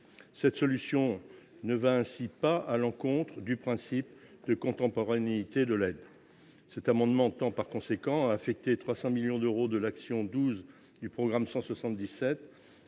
cette solution ne va ainsi pas à l'encontre du principe de contemporanéité de l'aide cet amendement tend par conséquent affecté 300 millions d'euros de l'action 12 du programme 177